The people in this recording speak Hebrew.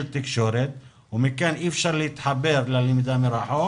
תקשורת ולכן אי אפשר להתחבר ללמידה מרחוק